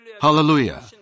Hallelujah